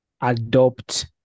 adopt